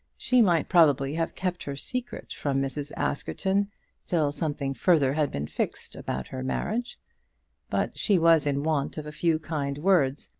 she might probably have kept her secret from mrs. askerton till something further had been fixed about her marriage but she was in want of a few kind words,